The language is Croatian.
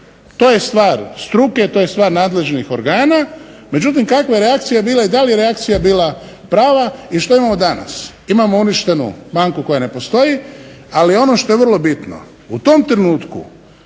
To je stvar struke, to je stvar nadležnih organa, međutim kakva reakcija je bila i da li je reakcija bila prava i što imamo danas. Imamo uništenu banku koja ne postoji, ali ono što je vrlo bitno, u tom trenutku